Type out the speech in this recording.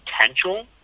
potential